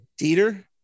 Dieter